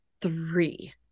three